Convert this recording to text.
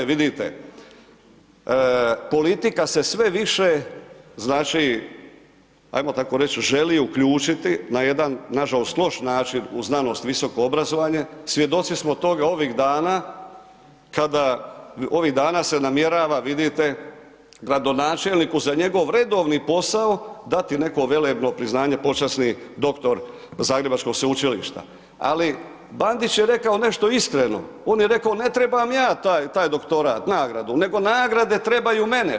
Vidite, politika se sve više ajmo tako reći, želi uključiti na jedan nažalost loš način u znanost i visoko obrazovanje, svjedoci smo toga ovih dana kada ovih dana se namjerava vidite gradonačelniku će za njegov redovni posao dati neko velebno priznanje, počasni doktor zagrebačkog sveučilišta ali Bandić je rekao nešto iskreno, on je rekao ne trebam ja taj doktorat, nagradu nego nagrade trebaju mene.